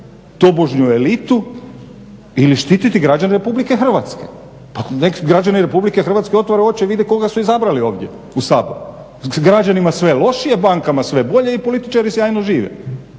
tobožnju elitu ili štititi građane RH. Pa nek građani RH otvore oči i vide koga su izabrali ovdje u Sabor. Građanima sve lošije, bankama sve bolje i političari sjajno žive.